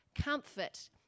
Comfort